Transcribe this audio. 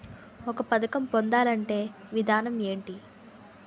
ఒక పథకం పొందాలంటే విధానం ఏంటి?